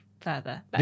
further